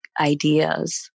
ideas